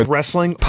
Wrestling